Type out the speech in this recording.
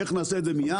איך נעשה את זה מיד?